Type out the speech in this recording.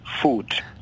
food